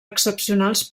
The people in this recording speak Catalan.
excepcionals